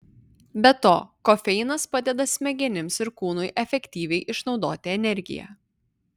be to kofeinas padeda smegenims ir kūnui efektyviai išnaudoti energiją